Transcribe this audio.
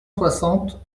soixante